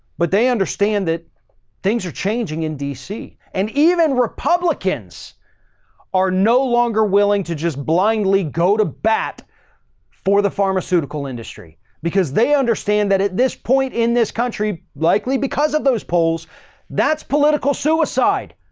but they understand that things are changing in dc. and even republicans are no longer willing to just blindly go to bat for the pharmaceutical industry because they understand that at this point in this country, likely because of those poles that's political suicide,